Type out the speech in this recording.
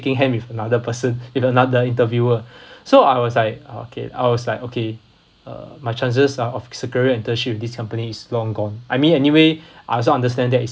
shaking hand with another person with another interviewer so I was like okay I was like okay uh my chances are of securing internship with this company is long gone I mean anyway I also understand that is